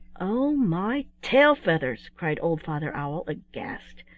oh, my tail-feathers cried old father owl aghast.